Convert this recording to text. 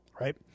right